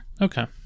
Okay